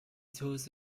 tools